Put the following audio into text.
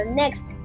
next